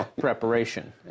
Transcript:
preparation